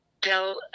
Tell